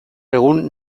egun